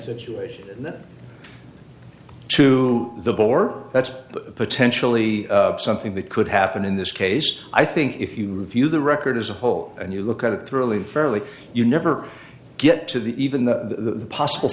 situation that to the bore that's potentially something that could happen in this case i think if you review the record as a whole and you look at it throughly fairly you never get to the even the possible